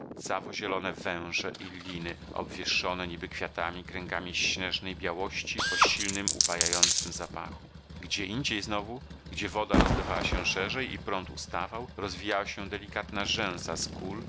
wodorosty jak rdzawo zielone węże i liny obwieszone niby kwiatami kręgami śnieżnej białości o silnym upajającym zapachu gdzieindziej znowu gdzie woda rozlewała się szerzej i prąd ustawał rozwijała się delikatna rzęsa